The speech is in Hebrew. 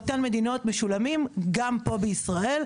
מדינות משולמים גם פה בישראל.